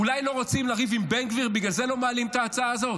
אולי לא רוצים לריב עם בן גביר ובגלל זה לא מעלים את ההצעה הזאת?